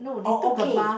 or okay